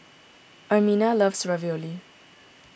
Ermina loves Ravioli